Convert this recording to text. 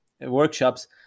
workshops